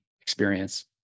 experience